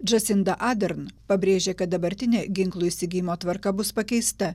džasinda adern pabrėžė kad dabartinė ginklų įsigijimo tvarka bus pakeista